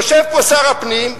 יושב פה שר הפנים,